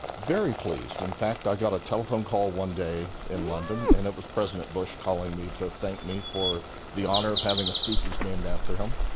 very pleased. in fact i got a telephone call one day in london and it was president bush calling me to thank me for the honour of having a species named after him,